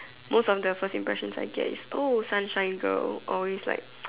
most of the first impressions I get is oh sunshine girl or is like